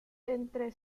entre